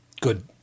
Good